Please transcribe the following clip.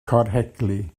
corhelgi